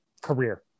career